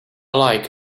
like